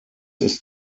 ist